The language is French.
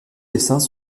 dessins